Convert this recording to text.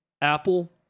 Apple